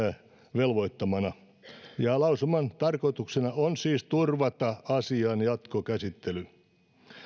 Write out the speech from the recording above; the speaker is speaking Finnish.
velvoittamana lausuman tarkoituksena on siis turvata asian jatkokäsittely